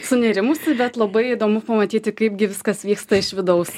sunerimusi bet labai įdomu pamatyti kaipgi viskas vyksta iš vidaus